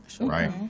Right